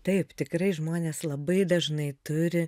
taip tikrai žmonės labai dažnai turi